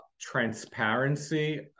transparency